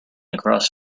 across